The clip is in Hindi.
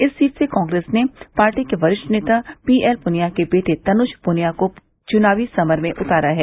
इस सीट से कांग्रेस ने पार्टी के वरिष्ठ नेता पीएल पुनिया के बेटे तनुज पुनिया को चुनावी समर में उतारा है